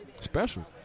special